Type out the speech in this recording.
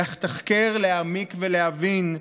לתחקר, להעמיק ולהבין,